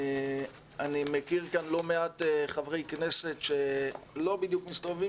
אני מכיר כאן לא מעט חברי כנסת שלא בדיוק מסתובבים